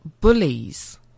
bullies